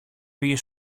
πήγε